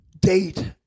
date